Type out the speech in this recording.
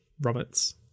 Roberts